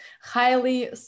highly